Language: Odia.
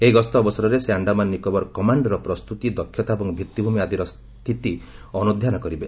ଏହି ଗସ୍ତ ଅବସରରେ ସେ ଆଖାମାନ ନିକୋବର କମାଣ୍ଡ୍ ର ପ୍ରସ୍ତୁତି ଦକ୍ଷତା ଏବଂ ଭିଭିଭୂମି ଆଦିର ସ୍ଥିତି ଅନୁଧ୍ୟାନ କରିବେ